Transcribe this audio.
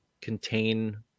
contain